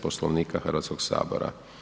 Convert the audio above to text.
Poslovnika Hrvatskog sabora.